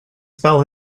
spell